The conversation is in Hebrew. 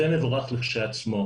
זה מבורך לכשעצמו.